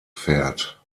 fährt